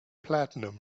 platinum